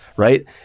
Right